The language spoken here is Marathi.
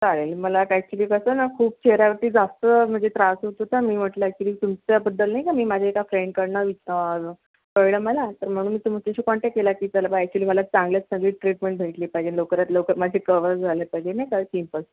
चालेल मला ॲक्चुअली कसंना खूप चेहऱ्यावरती जास्त म्हणजे त्रास होत होता मी म्हटलं की तुमच्याबद्दल नाही का मी माझ्या एका फ्रेंडकडनं वि कळलं मला तर म्हणून मी तुमच्याशी कॉन्टॅक्ट केला की चला बा ॲक्चुअली मला चांगल्यात चांगली ट्रीटमेंट भेटली पाहिजे लवकरात लवकर माझी कव्हर झाली पाहिजे नाही का पिंपल्स